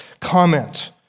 comment